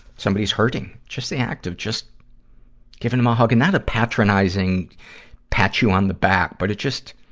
somebody's hurting. just the act of just giving them a hug. and not a patronizing pat you on the back. but it just,